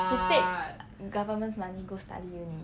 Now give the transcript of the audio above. he take government's money go study uni